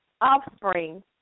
offspring